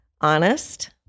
Honest